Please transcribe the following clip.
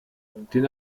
den